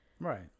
Right